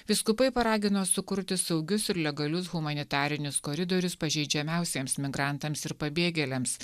vyskupai paragino sukurti saugius ir legalius humanitarinius koridorius pažeidžiamiausiems migrantams ir pabėgėliams